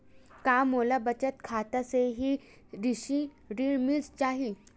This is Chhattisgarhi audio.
का मोला बचत खाता से ही कृषि ऋण मिल जाहि?